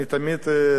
אני אומר,